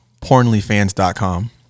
pornlyfans.com